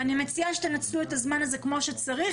ואני מציעה שתנצלו את הזמן הזה כמו שצריך,